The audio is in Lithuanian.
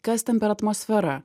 kas ten per atmosfera